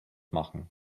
machen